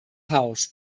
house